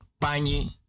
pani